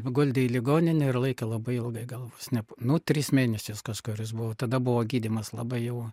paguldė į ligoninę ir laikė labai ilgai gal vos ne nu tris mėnesius kažkur išbuvau tada buvo gydymas labai jau